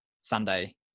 Sunday